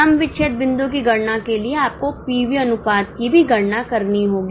सम विच्छेद बिंदु की गणना के लिए आपको पीवी अनुपात की भी गणना करनी होगी